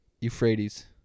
Euphrates